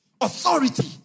authority